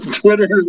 Twitter